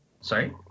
Sorry